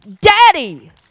daddy